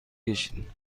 کشید